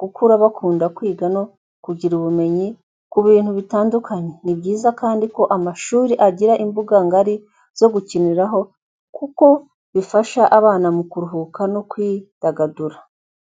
gukura bakunda kwiga no kugira ubumenyi ku bintu bitandukanye, ni byiza kandi ko amashuri agira imbuga ngari zo gukiniramo, kuko bifasha abana mu kuruhuka no kwidagadura.